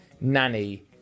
nanny